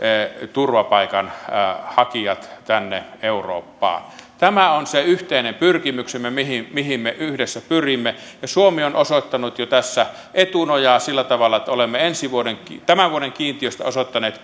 turvapaikanhakijat tänne eurooppaan tämä on se yhteinen pyrkimyksemme mihin mihin me yhdessä pyrimme ja suomi on osoittanut tässä jo etunojaa sillä tavalla että olemme tämän vuoden kiintiöstä osoittaneet